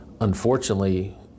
unfortunately